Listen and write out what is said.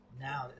Now